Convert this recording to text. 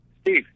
Steve